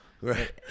Right